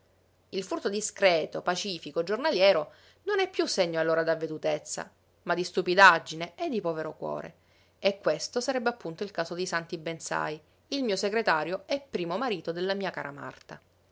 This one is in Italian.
il furto discreto pacifico giornaliero non è piú segno allora d'avvedutezza ma di stupidaggine e di povero cuore e questo sarebbe appunto il caso di santi bensai mio segretario e primo marito della mia cara marta